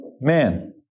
man